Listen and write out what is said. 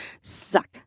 Suck